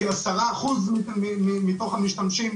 כי עשרה אחוז מתוך המשתמשים,